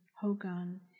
Hogan